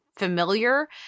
familiar